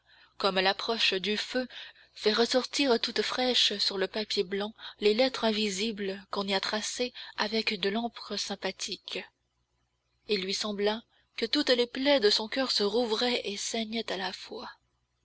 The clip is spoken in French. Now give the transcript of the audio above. comme l'approche du feu fait ressortir toutes fraîches sur le papier blanc les lettres invisibles qu'on y a tracées avec de l'encre sympathique il lui sembla que toutes les plaies de son coeur se rouvraient et saignaient à la fois